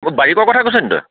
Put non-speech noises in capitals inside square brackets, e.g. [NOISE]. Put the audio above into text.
[UNINTELLIGIBLE] বাৰিকৰ কথা কৈছ নেকি তই